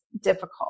difficult